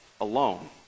alone